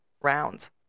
Rounds